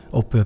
op